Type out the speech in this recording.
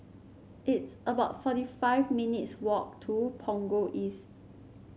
it's about forty five minutes' walk to Punggol East